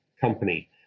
company